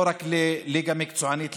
לא רק לליגה מקצוענית,